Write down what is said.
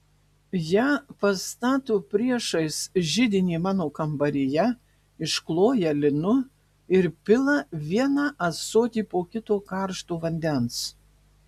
ją pastato priešais židinį mano kambaryje iškloja linu ir pila vieną ąsotį po kito karšto vandens